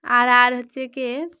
আর আর আর হচ্ছে গিয়ে